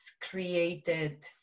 created